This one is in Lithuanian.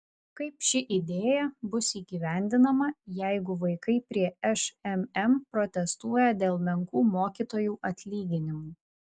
kaip ši idėja bus įgyvendinama jeigu vaikai prie šmm protestuoja dėl menkų mokytojų atlyginimų